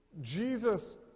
Jesus